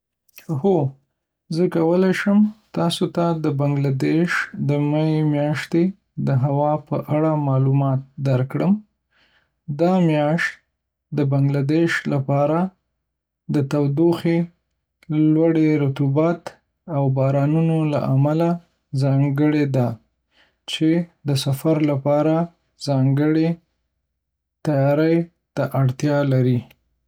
هو، زه کولی شم تاسو ته د بنګله‌دېش د می میاشتې د هوا په اړه معلومات درکړم. دا میاشت د بنګله‌دېش لپاره د تودوخې، لوړې رطوبت، او بارانونو له امله ځانګړې ده، چې د سفر لپاره ځانګړې تیاري ته اړتیا لري.